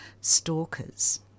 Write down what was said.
stalkers